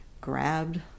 grabbed